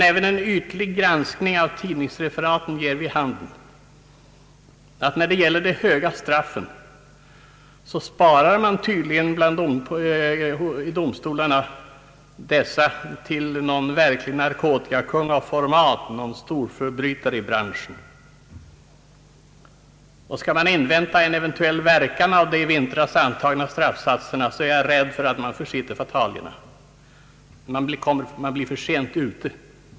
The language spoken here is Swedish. Även en ytlig granskning av tidningsreferaten ger dock vid handen att domstolarna tydligen sparar de verkligt höga straffen åt narkotikakungar av format, storförbrytare i branschen. Skall man invänta ett eventuellt resultat av de i vintras antagna straffsatserna, så är jag rädd för att man försitter fatalierna. Man är för sent ute.